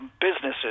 businesses